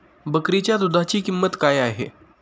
बकरीच्या दूधाची किंमत काय आहे?